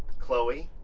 chloe,